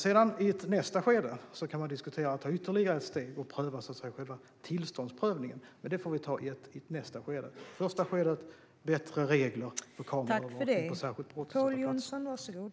Sedan, i nästa skede, kan man diskutera att ta ytterligare ett steg och pröva själva tillståndsprövningen. Men det får vi ta i ett kommande skede. I det första skedet handlar det om bättre regler för kameraövervakning på särskilt brottsutsatta platser.